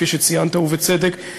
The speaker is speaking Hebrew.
כפי שציינת ובצדק,